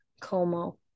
Como